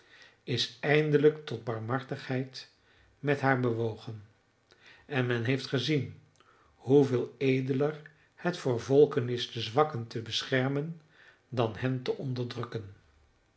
is eindelijk tot barmhartigheid met haar bewogen en men heeft gezien hoeveel edeler het voor volken is de zwakken te beschermen dan hen te onderdrukken